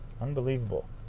Unbelievable